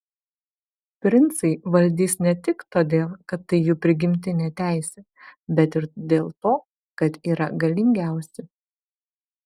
princai valdys ne tik todėl kad tai jų prigimtinė teisė bet ir dėl to kad yra galingiausi